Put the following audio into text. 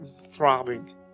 throbbing